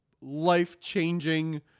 life-changing